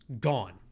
gone